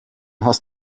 hast